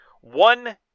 One